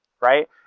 right